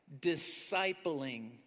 discipling